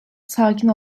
sakin